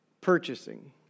Purchasing